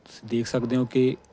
ਤੁਸੀਂ ਦੇਖ ਸਕਦੇ ਓਂ ਕਿ